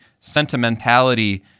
sentimentality